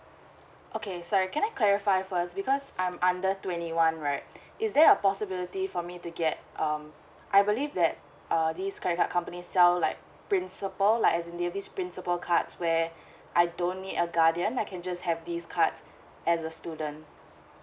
okay so can I clarify first because I'm under twenty one right is there a possibility for me to get um I believe that err this credit card company sell like principle like as in this principle cards where I don't need a guardian I can just have these cards as a student